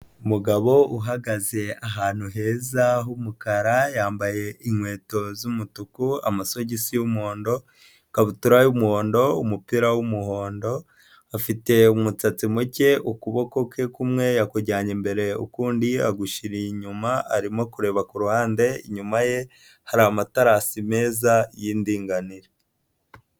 Umugabo uhagaze ahantu heza h'umukara, yambaye inkweto z'umutuku amasogisi y'umuhondo ikabutura y'umuhondo, umupira w'umuhondo afite umusatsi muke ukuboko kwe kumwe yakujyanaye imbere ukundi agushyira inyuma, arimo kureba ku ruhande inyuma ye hari amatarasi meza y'indinganire.